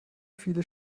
viele